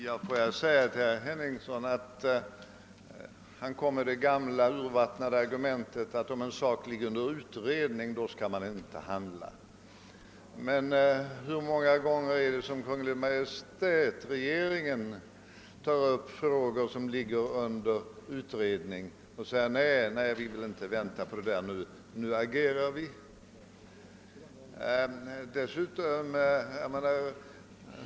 Herr talman! Herr Henningsson framförde det gamla urvattnade argumentet att man inte skall handla, om en sak ligger under utredning. Men hur många gånger är det inte som regeringen tar upp frågor som är under utredning? Regeringen säger ofta: Nej, vi vill inte vänta på utredningsresultatet, utan nu agerar vi.